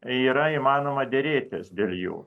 yra įmanoma derėtis dėl jų